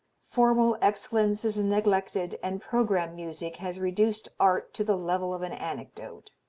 formal excellence is neglected and programme-music has reduced art to the level of an anecdote.